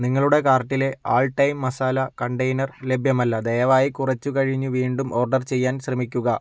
നിങ്ങളുടെ കാർട്ടിലെ all time masala container ലഭ്യമല്ല ദയവായി കുറച്ചു കഴിഞ്ഞ് വീണ്ടും ഓർഡർ ചെയ്യാൻ ശ്രമിക്കുക